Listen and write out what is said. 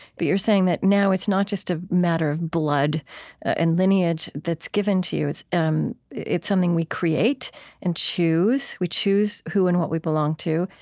but you're saying that now it's not just a matter of blood and lineage that's given to you it's um it's something we create and choose. choose. we choose who and what we belong to.